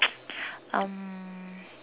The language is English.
um